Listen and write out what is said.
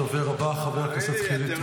הדובר הבא, חבר הכנסת חילי טרופר.